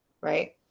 right